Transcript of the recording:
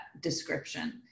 description